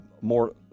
more –